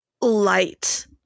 light